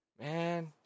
Man